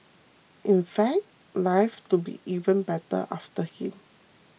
in fact life to be even better after him